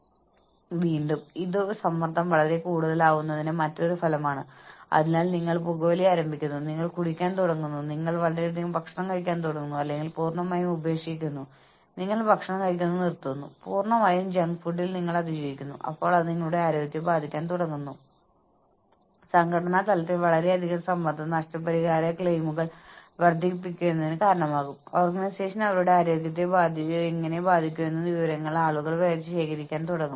മുകളിൽ പറഞ്ഞവയെ അടിസ്ഥാനമാക്കി നിങ്ങൾ ഒരു തൊഴിൽ ശ്രേണി സൃഷ്ടിക്കുന്നു തുടർന്ന് നിങ്ങൾ ഒരു റാങ്കിംഗ് സിസ്റ്റം ഉപയോഗിച്ച് ഗ്രേഡ് ലെവലുകൾ അനുസരിച്ച് ജോലികളെ തരംതിരിക്കുന്നു അതായത് പോയിന്റ് സിസ്റ്റം ഉപയോഗിക്കാതെ ഗ്രേഡുകളായി ജോലികൾ തരംതിരിക്കുക അല്ലെങ്കിൽ നിങ്ങൾ പോളിസി ക്യാപ്ചർ ഉപയോഗിച്ച് ഫാക്ടർ താരതമ്യം ഉപയോഗിക്കുക